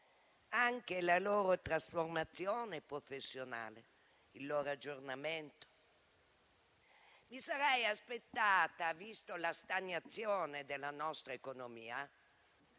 anche la loro trasformazione professionale, il loro aggiornamento. Mi sarei aspettata, vista la stagnazione della nostra economia,